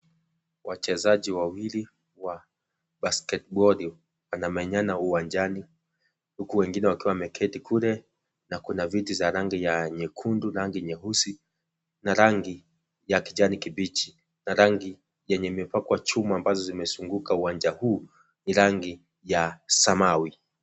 Wachezaji wawili wa basket boli wanamenyana uwanjani huku wengine wakiwa wameketi kule na kuna viti za rangi ya nyekundu rangi nyeusi na rangi ya kijani kibichi na rangi yenye imepakwa chuma ambazo zimezunguka uwanjaa huu ni rangi ya samawi.